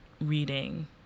reading